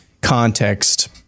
context